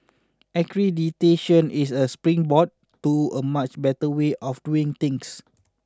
accreditation is a springboard to a much better way of doing things